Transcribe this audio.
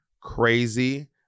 Crazy